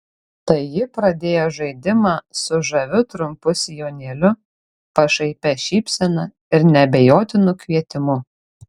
tai ji pradėjo žaidimą su žaviu trumpu sijonėliu pašaipia šypsena ir neabejotinu kvietimu